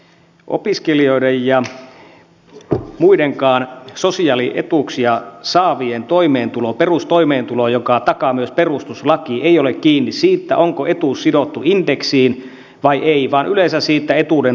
ei opiskelijoiden eikä muidenkaan sosiaalietuuksia saavien perustoimeentulo jonka takaa myös perustuslaki ole kiinni siitä onko etuus sidottu indeksiin vai ei vaan yleensä siitä etuuden tasosta